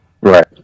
right